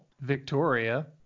Victoria